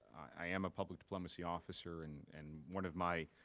i am a public diplomacy officer, and and one of my